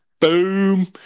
Boom